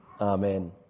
Amen